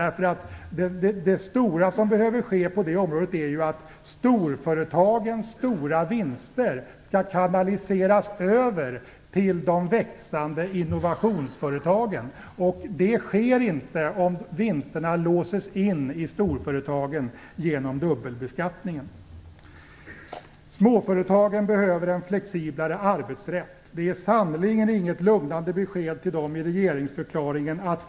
Det stora som behöver ske på det området är ju att storföretagens stora vinster skall kanaliseras över till de växande innovationsföretagen. Det sker inte om vinsterna låses in i storföretagen genom dubbelbeskattningen. Småföretagen behöver en flexiblare arbetsrätt. Det finns sannerligen inget lugnande besked till dem i regeringsförklaringen.